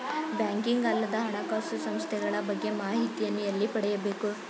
Banking ಅಲ್ಲದ ಹಣಕಾಸು ಸಂಸ್ಥೆಗಳ ಬಗ್ಗೆ ಮಾಹಿತಿಯನ್ನು ಎಲ್ಲಿ ಪಡೆಯಬೇಕು?